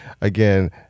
again